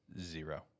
zero